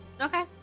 Okay